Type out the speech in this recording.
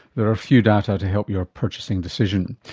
there are few data to help your purchasing decision.